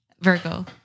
Virgo